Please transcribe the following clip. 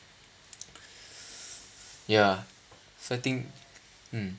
ya so I think mm